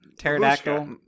Pterodactyl